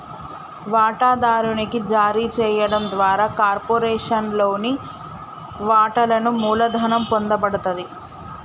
వాటాదారునికి జారీ చేయడం ద్వారా కార్పొరేషన్లోని వాటాలను మూలధనం పొందబడతది